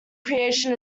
creation